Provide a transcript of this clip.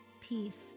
peace